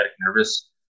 nervous